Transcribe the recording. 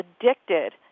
addicted